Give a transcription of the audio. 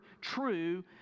true